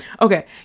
Okay